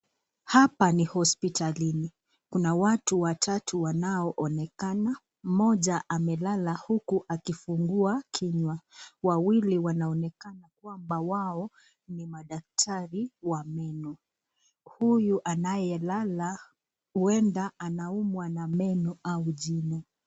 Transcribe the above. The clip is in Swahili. Hapa ni hospitalini kuna watu watatu wanaoonekana mmoja amelala huku akifungua kinywa wawili wanaonekana kwamba wao ni madaktari wa meno huyu anayelala huenda anaumwa na meno au jino.